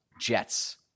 jets